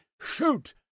shoot